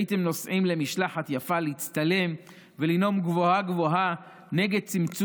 הייתם נוסעים למשלחת יפה להצטלם ולנאום גבוהה-גבוהה נגד צמצום,